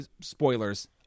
spoilers